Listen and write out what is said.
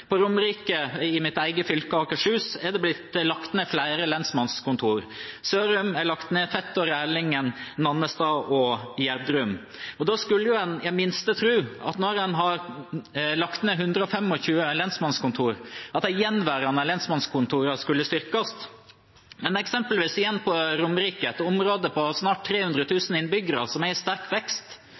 På Romerike, i mitt eget fylke Akershus, har det blitt lagt ned flere lensmannskontor. Sørum, Fet, Rælingen, Nannestad og Gjerdrum er lagt ned. Da skulle en i det minste tro at når en har lagt ned 125 lensmannskontor, skulle de gjenværende lensmannskontorene blitt styrket. For eksempel igjen på Romerike, et område som er i sterk vekst